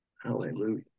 Hallelujah